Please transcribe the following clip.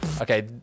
okay